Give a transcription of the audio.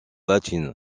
latine